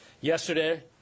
Yesterday